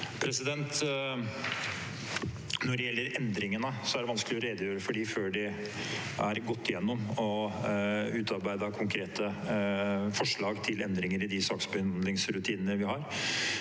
Når det gjelder endringene, er det vanskelig å redegjøre for dem før de er gått igjennom og det er utarbeidet konkrete forslag til endringer i de saksbehandlingsrutinene vi har.